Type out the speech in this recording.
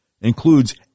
includes